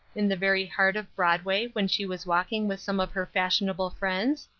in the very heart of broadway when she was walking with some of her fashionable friends?